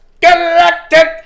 galactic